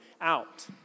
out